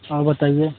और बताइए